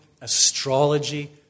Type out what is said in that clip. astrology